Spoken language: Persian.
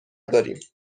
داریم